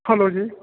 hello ਜੀ